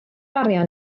arian